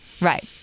right